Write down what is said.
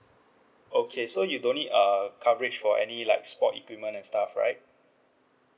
okay so you don't need uh coverage for any like sport equipment and stuff right